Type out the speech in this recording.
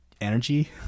energy